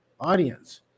audience